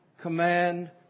command